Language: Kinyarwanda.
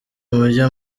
mujya